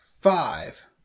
five